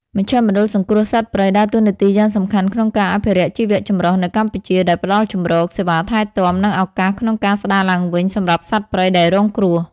មជ្ឈមណ្ឌលសង្គ្រោះសត្វព្រៃដើរតួនាទីយ៉ាងសំខាន់ក្នុងការអភិរក្សជីវៈចម្រុះនៅកម្ពុជា ដោយផ្តល់ជម្រក សេវាថែទាំ និងឱកាសក្នុងការស្តារឡើងវិញសម្រាប់សត្វព្រៃដែលរងគ្រោះ។